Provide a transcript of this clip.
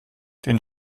den